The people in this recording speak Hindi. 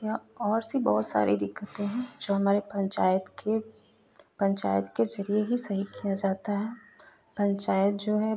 या और भी बहुत सारी दिक्कतें हैं जो हमारे पंचायत के पंचायत के ज़रिये ही सही की जाती हैं पंचायत जो है